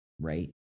right